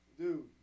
Dude